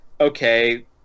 okay